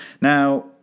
Now